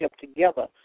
together